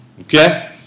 Okay